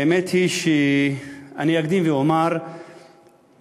האמת היא שאני אקדים ואומר בשמי,